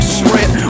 spread